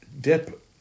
dip